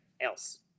else